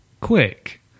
quick